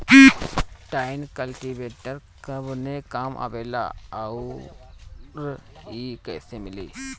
Tine cultivator कवने काम आवेला आउर इ कैसे मिली?